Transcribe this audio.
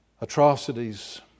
atrocities